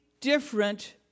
different